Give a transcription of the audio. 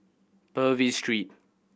Purvis Street